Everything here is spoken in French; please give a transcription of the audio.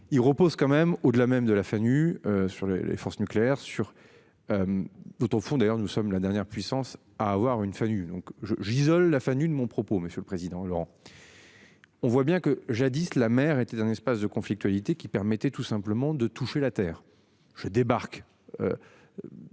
Il repose quand même au-delà même de la faim nu sur les les forces nucléaires sur. Autres font d'ailleurs nous sommes la dernière puissance à avoir une famille donc je j'isole la famille de mon propos, monsieur le président, Laurent. On voit bien que jadis la mer était un espace de conflictualité qui permettait tout simplement de toucher la terre je débarque.